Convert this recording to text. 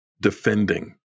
defending